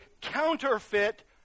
counterfeit